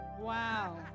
wow